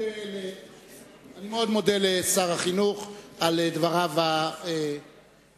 אני מאוד מודה לשר החינוך על דבריו המפורטים.